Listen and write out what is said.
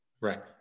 Right